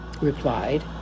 replied